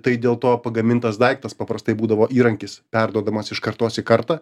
tai dėl to pagamintas daiktas paprastai būdavo įrankis perduodamas iš kartos į kartą